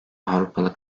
avrupalı